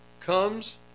comes